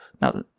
Now